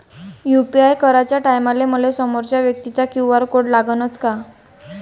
UPI कराच्या टायमाले मले समोरच्या व्यक्तीचा क्यू.आर कोड लागनच का?